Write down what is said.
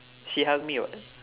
she like me [what]